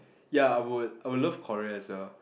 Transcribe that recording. ya I would I would love Korea as well